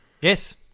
yes